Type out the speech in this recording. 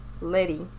Letty